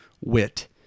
wit